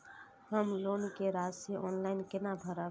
हम लोन के राशि ऑनलाइन केना भरब?